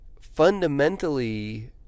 fundamentally